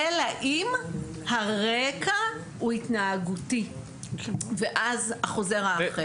אלא אם הרקע הוא התנהגותי ואז החוזר האחר